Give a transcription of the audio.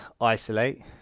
isolate